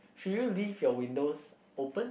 should you leave your windows open